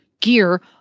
gear